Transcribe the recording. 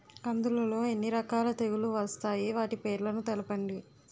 కందులు లో ఎన్ని రకాల తెగులు వస్తాయి? వాటి పేర్లను తెలపండి?